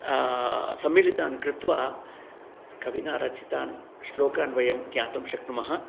सम्मिलितान् कृत्वा कविना रचितान् श्लोकान् वयम् ज्ञातुं शक्नुमः